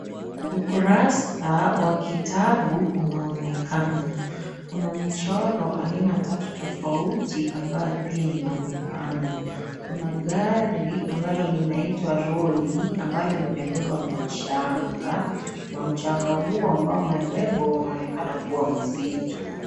Ukurasa wa kitabu unaonekana. Kuna michoro aina tatu tofauti ambayo pia inaonekana. Kuna gari ambalo linaitwa lori, ambalo limebeba mchanga na mchanga huo ambao umebebwa, unaonekana kuwa mzito.